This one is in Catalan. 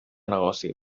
negoci